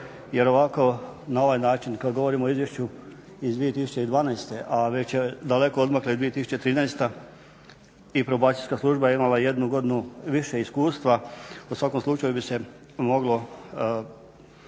jer ovako na ovaj način kad govorimo o izvješću iz 2012., a već je daleko odmakla i 2013. i Probacijska služba je imala jednu godinu više iskustva, u svakom slučaju bi se moglo